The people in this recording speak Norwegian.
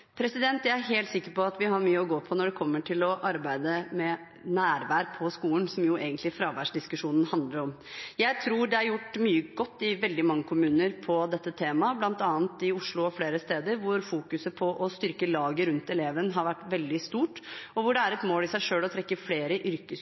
Jeg er helt sikker på at vi har mye å gå på når det gjelder å arbeide med nærvær på skolen, som jo egentlig fraværsdiskusjonen handler om. Jeg tror det er gjort mye godt i veldig mange kommuner på dette temaet, bl.a. i Oslo og flere steder, hvor det å styrke laget rundt eleven i veldig stor grad har vært i fokus, og hvor det er